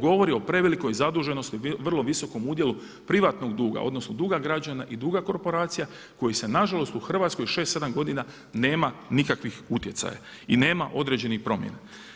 govori o prevelikoj zaduženosti vrlo visokom udjelu privatnog duga, odnosno duga građana i duga korporacija koji se nažalost u Hrvatskoj 6,7 godina nema nikakvi utjecaja i nema određenih promjena.